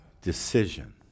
decision